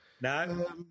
No